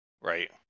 right